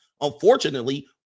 Unfortunately